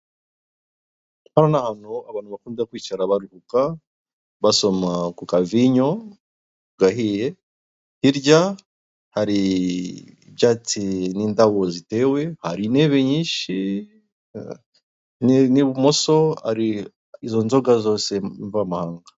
Hano ni ahantu abantu bakunda kwicara baruhuka, basoma kukavinyo kugahiye, hirya hari ibyatsi n'indabo zitewe hari intebe nyinshi, n'ibumoso hari izo nzoga zose mvamahanga.